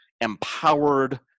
empowered